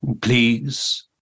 Please